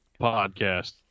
podcast